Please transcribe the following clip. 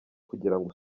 kugirango